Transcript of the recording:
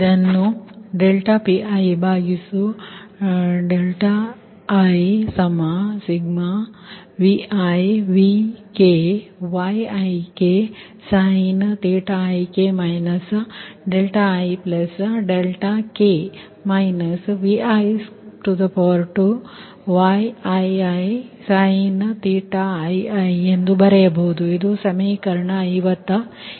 ಇದನ್ನು ∂Pi∂δik1n|Vi||Vk‖Yik| ik ik |Vi|2 |Yii|ii ಎಂದು ಬರೆಯಬಹುದು ಇದು ಸಮೀಕರಣ 57